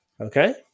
Okay